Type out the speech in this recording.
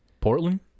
Portland